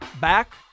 back